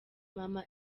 maman